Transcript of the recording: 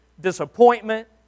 disappointment